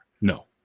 no